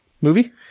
Movie